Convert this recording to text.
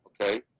okay